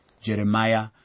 Jeremiah